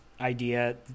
idea